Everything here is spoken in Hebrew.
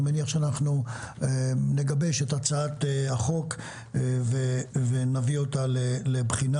אני מניח שאנחנו נגבש את הצעת החוק ונביא אותה לבחינה